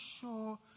sure